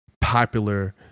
popular